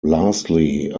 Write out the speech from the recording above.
lastly